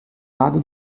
lado